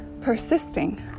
persisting